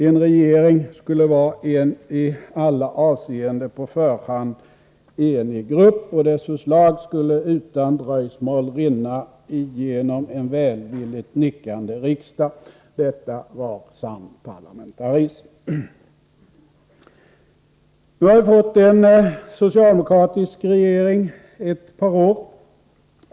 En regering skulle vara en i alla avseenden på förhand enig grupp, och dess förslag skulle utan dröjsmål rinna igenom en välvilligt nickande riksdag. Detta var sann parlamentarism. Nu har vi haft en socialdemokratisk regering i ett par år.